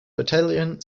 battalion